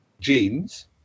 genes